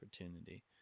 opportunity